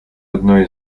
одной